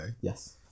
Yes